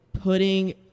putting